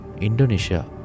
Indonesia